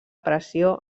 pressió